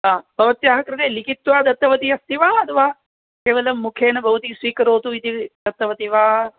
हा भवत्याः कृते लिखित्वा दत्तवती अस्ति वा अथवा केवलं मुखेन भवती स्वीकरोतु इति दत्तवती वा